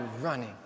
running